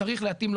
התבססת על